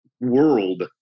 world